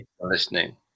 listening